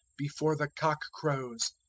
before the cock crows,